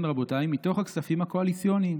כן, רבותיי, "מתוך הכספים הקואליציוניים.